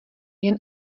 jen